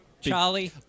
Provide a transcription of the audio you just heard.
Charlie